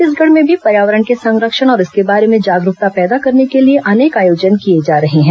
छत्तीसगढ़ में भी पर्यावरण के संरक्षण और इसके बारे में जागरूकता पैदा करने के लिए अनेक आयोजन किए जा रहे हैं